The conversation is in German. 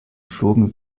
flogen